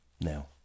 now